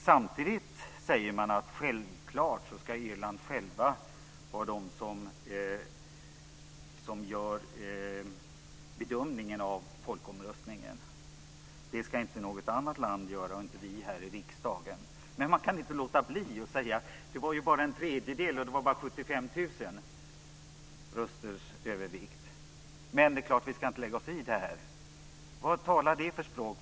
Samtidigt säger man: Självklart ska Irland självt göra bedömningen av folkomröstningen. Det ska inte något annat land göra, och inte heller vi här i riksdagen. Man kan inte låta bli att säga: Det vara bara en tredjedel, och det var bara 75 000 rösters övervikt, men det är klart att vi inte ska lägga oss i det. Vad talar det för språk?